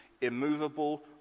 immovable